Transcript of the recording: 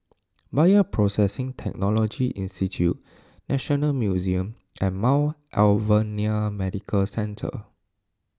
Bioprocessing Technology Institute National Museum and Mount Alvernia Medical Centre